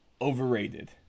overrated